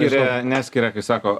skiria neskiria kai sako